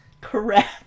Correct